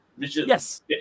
yes